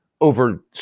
over